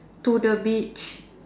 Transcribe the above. to the beach